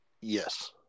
Yes